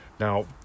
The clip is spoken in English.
Now